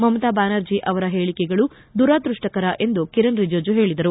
ಮಮತಾ ಬ್ಯಾನರ್ಜಿ ಅವರು ಹೇಳಿಕೆಗಳು ದುರದೃಷ್ಟಕರ ಎಂದು ಕಿರೇನ್ ರಿಜಿಜು ಹೇಳಿದರು